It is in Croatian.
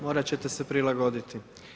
Morati ćete se prilagoditi.